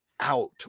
out